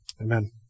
Amen